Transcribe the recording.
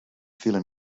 vielen